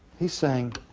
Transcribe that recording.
he's saying,